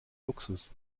luxus